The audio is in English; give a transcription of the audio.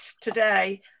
today